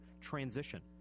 transition